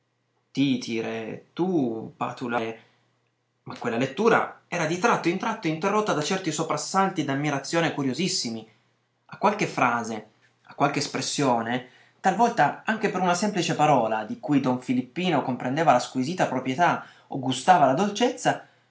bucoliche tityre tu patulae ma quella lettura era di tratto in tratto interrotta da certi soprassalti d'ammirazione curiosissimi a qualche frase a qualche espressione talvolta anche per una semplice parola di cui don filippino comprendeva la squisita proprietà o gustava la dolcezza